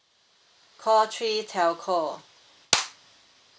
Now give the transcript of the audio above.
call three telco